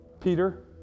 Peter